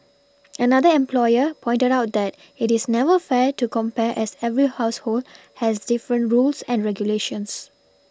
another employer pointed out that it is never fair to compare as every household has different rules and regulations